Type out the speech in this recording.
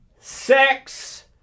sex